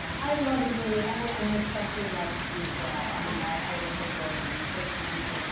i love this movie, and i and i especially love steve carrell. i mean, i just adore him, he's so talented